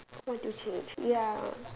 what do you ya